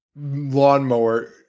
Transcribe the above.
lawnmower